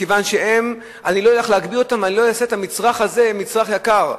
מכיוון שלא אלך להגביל אותם ואני לא אעשה את המצרך הזה מצרך יקר,